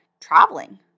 traveling